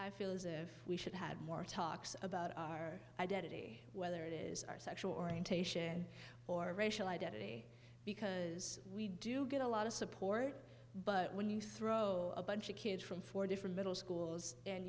i feel as if we should had more talks about our identity whether it is our sexual orientation or racial identity because we do get a lot of support but when you throw a bunch of kids from four different middle schools and